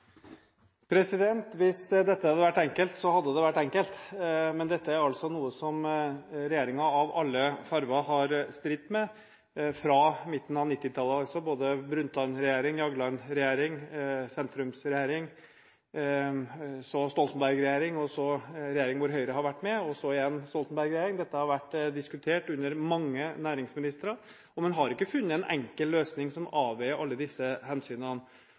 altså noe som regjeringer av alle farger har stridd med fra midten av 1990-tallet – både Brundtland-regjeringen, Jagland-regjeringen, Sentrumsregjeringen, så en Stoltenberg-regjering, en regjering hvor Høyre har vært med, og så igjen en Stoltenberg-regjering. Dette har vært diskutert under mange næringsministre, og man har ikke funnet en enkel løsning som avveier alle disse hensynene.